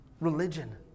religion